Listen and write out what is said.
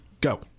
Go